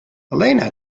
elena